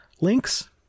links